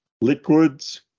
liquids